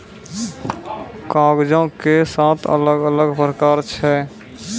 कागजो के सात अलग अलग प्रकार छै